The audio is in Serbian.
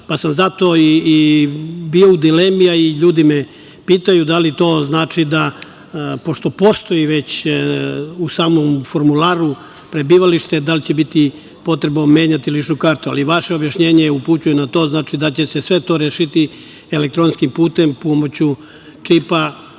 pa sam zato i bio u dilemi, a i ljudi me pitaju, da li to znači da pošto postoji već u samom formularu prebivalište da li će biti potrebno menjati ličnu kartu, ali vaše objašnjenje upućuje na to, znači da će se sve to rešiti elektronskim putem pomoću čipa